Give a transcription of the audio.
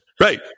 Right